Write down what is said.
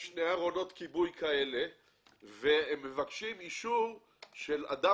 יש שני ארונות כיבוי והם מבקשים אישור של אדם